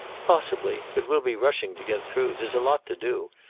possibly. but we'll be rushing to get through. there's a lot to do.